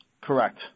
Correct